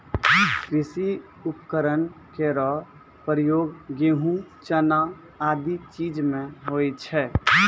कृषि उपकरण केरो प्रयोग गेंहू, चना आदि चीज म होय छै